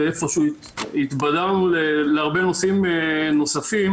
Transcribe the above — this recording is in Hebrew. ואיפה שהוא התפזרנו להרבה נושאים נוספים